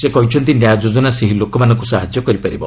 ସେ କହିଛନ୍ତି ନ୍ୟାୟ ଯୋଜନା ସେହି ଲୋକମାନଙ୍କୁ ସାହାଯ୍ୟ କରିବ